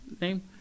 name